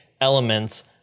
elements